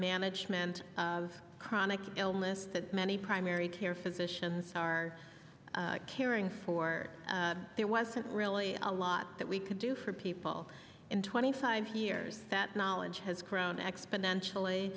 management of chronic illness that many primary care physicians are caring for there wasn't really a lot that we could do for people in twenty five years that knowledge has grown exponentially